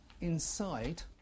inside